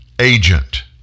agent